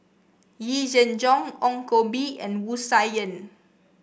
Yee Jenn Jong Ong Koh Bee and Wu Tsai Yen